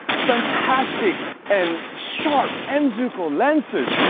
fantastic and sharp m zuiko lenses,